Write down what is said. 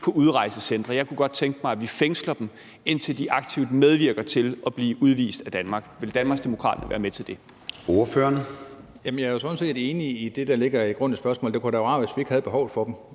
på udrejsecentre? Jeg kunne godt tænke mig, at vi fængsler dem, indtil de aktivt medvirker til at blive udvist af Danmark. Vil Danmarksdemokraterne være med til det?